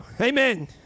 Amen